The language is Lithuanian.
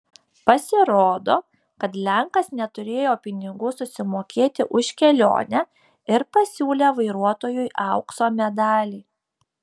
pasirodo kad lenkas neturėjo pinigų susimokėti už kelionę ir pasiūlė vairuotojui aukso medalį